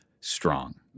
strong